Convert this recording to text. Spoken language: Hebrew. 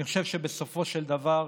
אני חושב שבסופו של דבר,